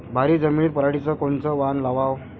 भारी जमिनीत पराटीचं कोनचं वान लावाव?